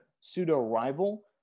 pseudo-rival